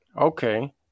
Okay